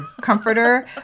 comforter